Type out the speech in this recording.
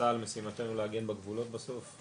תוצאה על משימתו להגן בגבולות בסוף,